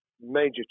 major